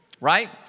Right